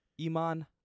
Iman